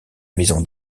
maison